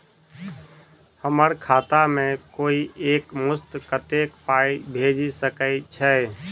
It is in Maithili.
हम्मर खाता मे कोइ एक मुस्त कत्तेक पाई भेजि सकय छई?